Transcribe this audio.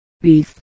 beef